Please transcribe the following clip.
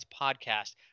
Podcast